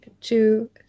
two